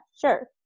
sure